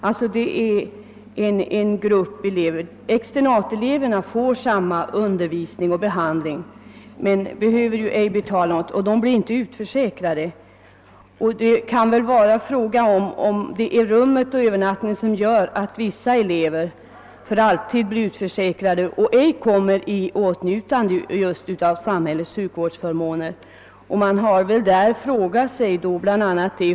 Externateleverna får samma undervisning och behandling men behöver inte betala något och blir inte utförsäkrade. Jag vill fråga om det är rummet och övernattningen som gör att internateleverna blir utförsäkrade och alltså inte kommer i åtnjutande av samhällets sjukvårdsförmåner.